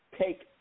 take